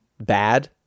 bad